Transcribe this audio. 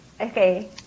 okay